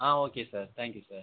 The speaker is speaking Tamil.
ah okay sir thank you sir